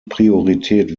priorität